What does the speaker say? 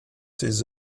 ses